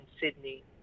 Sydney